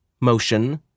motion